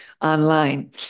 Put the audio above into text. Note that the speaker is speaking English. online